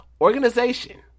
Organization